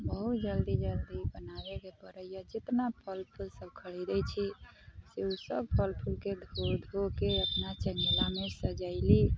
बहुत जल्दी जल्दी बनाबेके पड़ैए जितना फल फूल सब खरीदै छी से उसब फल फूलके धो धोके अपना चङ्गेरामे सजैली आओर सजा